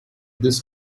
this